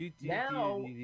Now